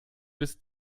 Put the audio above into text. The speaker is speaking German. bis